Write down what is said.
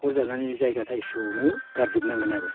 हाख'र जावनानै जायगा थाइसेयावनो गारजोबनांगोन आरो